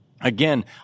again